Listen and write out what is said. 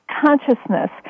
Consciousness